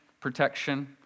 protection